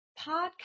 podcast